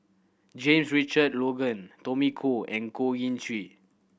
James Richard Logan Tommy Koh and Goh Ee Choo